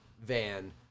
van